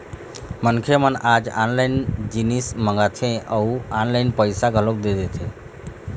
मनखे मन आज ऑनलाइन जिनिस मंगाथे अउ ऑनलाइन पइसा घलोक दे देथे